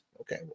Okay